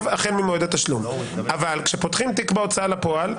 אבל כשפותחים תיק בהוצאה לפועל,